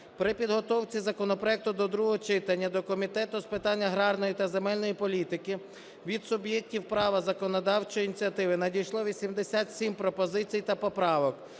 При підготовці законопроекту до другого читання до Комітету з питань агарної та земельної політики від суб'єктів права законодавчої ініціативи надійшло 87 пропозицій та поправок,